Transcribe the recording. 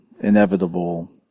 inevitable